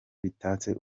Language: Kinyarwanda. bitatse